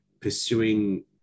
pursuing